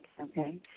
Okay